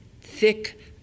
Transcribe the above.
thick